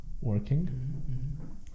working